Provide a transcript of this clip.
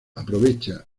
aprovecha